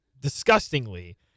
disgustingly